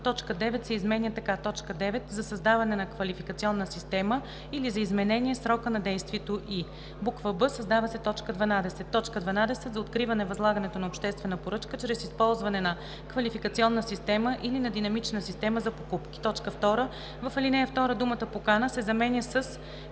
точка 9 се изменя така: „9. за създаване на квалификационна система или за изменение срока на действието ѝ;“ б) създава се т. 12: „12. за откриване възлагането на обществена поръчка чрез използване на квалификационна система или на динамична система за покупки.“ 2. В ал. 2 думата „покана“ се заменя с